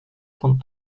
trente